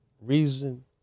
reason